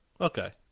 Okay